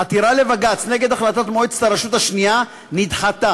עתירה לבג"ץ נגד החלטת מועצת הרשות השנייה נדחתה.